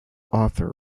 author